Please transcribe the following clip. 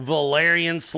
Valerian